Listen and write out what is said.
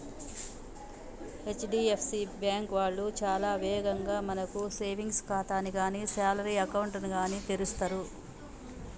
HDFC bank వాళ్ళు చాలా వేగంగా మనకు సేవింగ్స్ ఖాతాని గానీ శాలరీ అకౌంట్ ని గానీ తెరుస్తరు